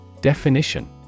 Definition